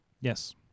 Yes